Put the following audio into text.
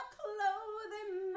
clothing